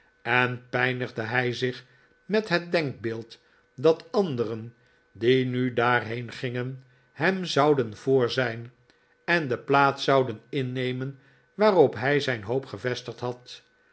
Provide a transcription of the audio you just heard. en pijnigde hij zich met het denkbeeld dat anderen die nu daarheen gingen hem zouden voor zijn en de plaats zouden innemen waarop hij zijn hoop gevestigd had